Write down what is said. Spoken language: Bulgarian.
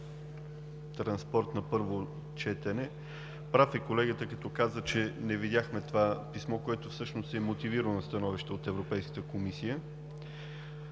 транспорт на първо четене. Прав е колегата, като каза, че не видяхме писмото, което всъщност е мотивирало становище от Европейската комисия.